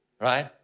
right